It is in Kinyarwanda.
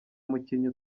mukinnyi